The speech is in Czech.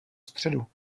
středu